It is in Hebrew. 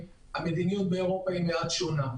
המדיניות באירופה מעט שונה,